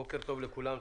בוקר טוב לכולם.